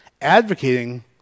advocating